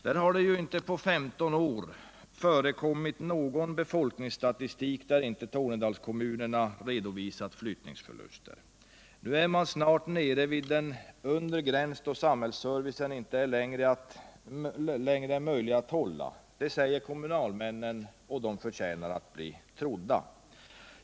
Det har inte på 15 år förekommit någon befolkningsstatistik som inte redovisat flyttningsförluster för Tornedalskommunernas del. Nu är man snart nere vid den undre gräns där det inte längre är möjligt att upprätthålla samhällsservicen. Det säger kommunalmännen, och de förtjänar att bli trodda.